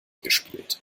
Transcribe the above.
gespielt